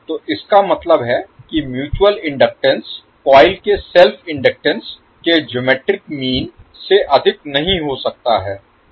तो इसका मतलब है कि म्यूचुअल इनडक्टेंस कॉइल के सेल्फ इनडक्टेंस के जियोमेट्रिक मीन से अधिक नहीं हो सकता है